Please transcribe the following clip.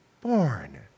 born